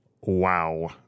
wow